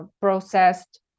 processed